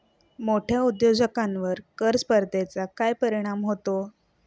मोठ्या उद्योजकांवर कर स्पर्धेचा काय परिणाम होतो?